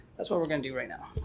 that's what we're gonna do right now.